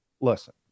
listen